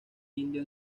indio